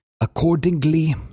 accordingly